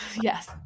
Yes